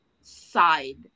side